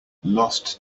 lost